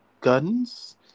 guns